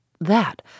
That